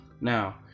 now